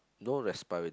no expire